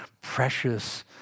precious